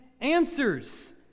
answers